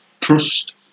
trust